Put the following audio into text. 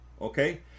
okay